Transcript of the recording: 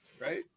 right